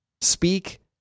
Speak